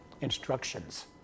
instructions